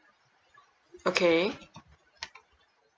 okay